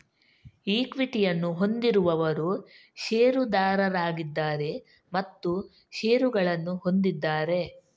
ಈಕ್ವಿಟಿಯನ್ನು ಹೊಂದಿರುವವರು ಷೇರುದಾರರಾಗಿದ್ದಾರೆ ಮತ್ತು ಷೇರುಗಳನ್ನು ಹೊಂದಿದ್ದಾರೆ